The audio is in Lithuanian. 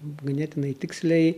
ganėtinai tiksliai